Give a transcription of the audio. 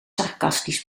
sarcastisch